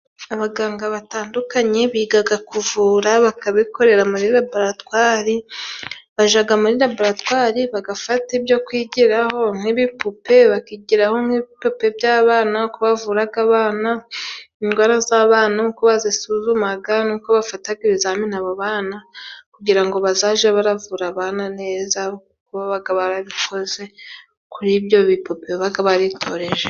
Abaganga batandukanye bigaga kuvura bakabikorera muri laboratwari; bajaga muri laboratwari bagafata ibyo kwigiraho nk'ibipupe bakigiraho nk'ibipupe by'abana uko bavuraraga abana, indwara z'abana ,uko bazisuzumaga ni uko bafataga ibizamini abo bana kugira ngo bazaje baravura abana neza, kuko babaga barabikoze kuri ibyo bipupe babaga baritojerejeho.